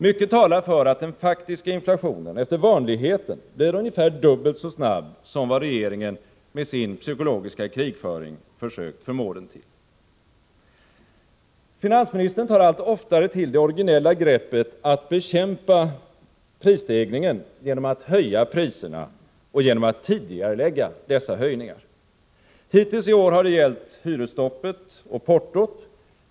Mycket talar för att den faktiska inflationen efter vanligheten blir ungefär dubbelt så snabb som vad regeringen med sin psykologiska krigföring försökt förmå den till. Finansministern tar allt oftare till det originella greppet att bekämpa prisstegringen genom att höja priserna och genom att tidigarelägga dessa höjningar. Hittills i år har det gällt prisstoppet och portot.